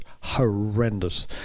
horrendous